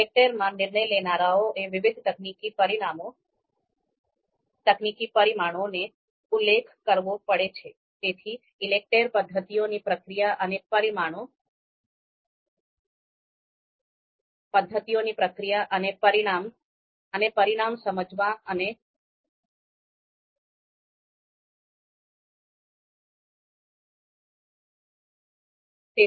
ઈલેકટેર માં નિર્ણય લેનારાઓએ વિવિધ તકનીકી પરિમાણોનો ઉલ્લેખ કરવો પડ છે